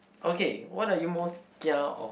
okay what are you most kia of